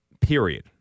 period